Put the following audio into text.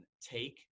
take